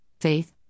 faith